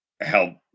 help